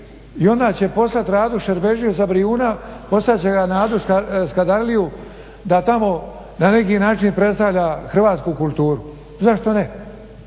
I onda će poslati Radu Šerbedžiju sa Brijuna poslat će ga na Skadarliju da tamo na neki način predstavlja hrvatsku kulturu. Zašto ne?